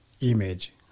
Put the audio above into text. image